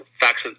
facts